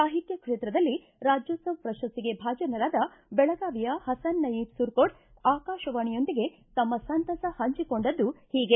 ಸಾಹಿತ್ಯ ಕ್ಷೇತ್ರದಲ್ಲಿ ರಾಜ್ಕೋತ್ಸವ ಪ್ರಶಸ್ತಿಗೆ ಭಾಜನರಾದ ಬೆಳಗಾವಿಯ ಹಸನ್ ನಯೀಂ ಸುರಕೋಡ್ ಆಕಾಶವಾಣಿಯೊಂದಿಗೆ ತಮ್ಮ ಸಂತಸ ಹಂಚಿಕೊಂಡದ್ದು ಹೀಗೆ